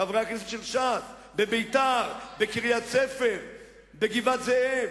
חברי הכנסת של ש"ס, בביתר, בקריית-ספר, בגבעת-זאב,